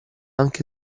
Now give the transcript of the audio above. anche